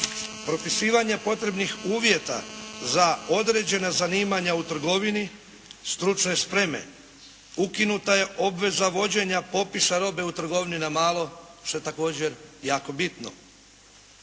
Propisivanje potrebnih uvjeta za određena zanimanja u trgovini stručne spreme. Ukinuta je obveza vođenja popisa robe u trgovini na malo što je također jako bitno.